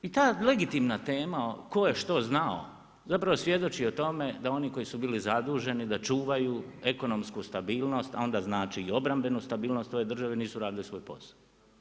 I ta legitimna tema, tko je što znao, zapravo svjedoči o tome, da oni koji su bili zaduženi da čuvaju ekonomsku stabilnost a onda znači i obrambenu stabilnost u ovoj državni, nisu radili svoj posao.